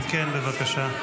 אם כן, בבקשה.